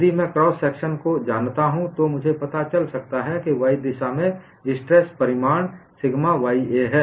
यदि मैं cross section को जानता हूं तो मुझे पता चल सकता है कि y दिशा में स्ट्रेस परिमाण सिग्मा y a है